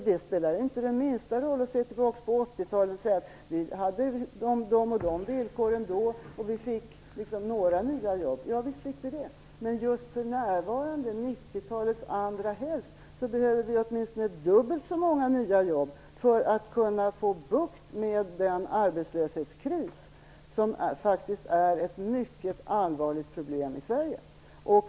Det är inte av minsta vikt att se tillbaka på 80-talet och säga att under de villkor som rådde fick vi i alla fall några nya jobb. Ja visst, det fick vi. Men för närvarande, under 90-talets andra hälft, behöver vi åtminstone dubbelt så många nya jobb för att kunna få bukt med den arbetslöshetskris som faktiskt är ett mycket allvarligt problem i Sverige.